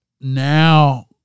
now